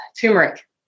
turmeric